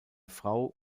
frau